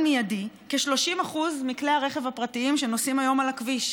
מיידי כ-30% מכלי הרכב הפרטיים שנוסעים היום על הכביש.